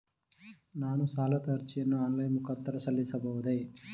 ನಾನು ಸಾಲದ ಅರ್ಜಿಯನ್ನು ಆನ್ಲೈನ್ ಮುಖಾಂತರ ಸಲ್ಲಿಸಬಹುದೇ?